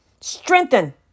strengthen